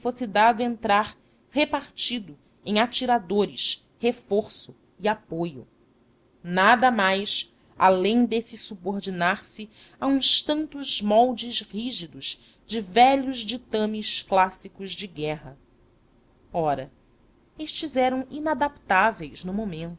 dado entrar repartido em atiradores reforço e apoio nada mais além desse subordinar se a uns tantos moldes rígidos de velhos ditames clássicos de guerra ora estes eram inadaptáveis no momento